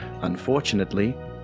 Unfortunately